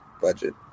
budget